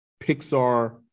pixar